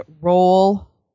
roll